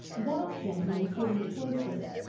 that gentleman stood in the cloisters,